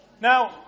Now